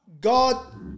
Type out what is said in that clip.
God